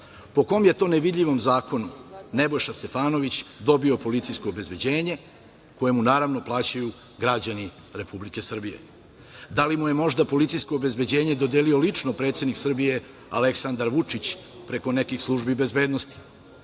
Po kom je to nevidljivom zakonu Nebojša Stefanović dobio policijsko obezbeđenje koje mu naravno, plaćaju građani Republike Srbije? Da li mu je možda policijsko obezbeđenje dodelio lično predsednik Srbije Aleksandar Vučić, preko nekih službi bezbednosti,